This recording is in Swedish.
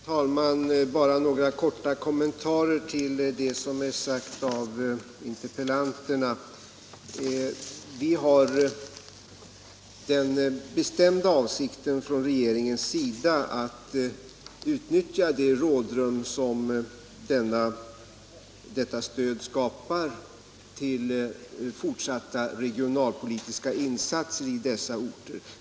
Herr talman! Bara några korta kommentarer till interpellanternas anföranden. Det är regeringens bestämda avsikt att utnyttja det rådrum som det föreslagna stödet skapar till fortsatta regionalpolitiska insatser i dessa orter.